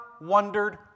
wondered